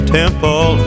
temple